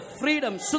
Freedom